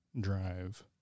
Drive